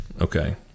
okay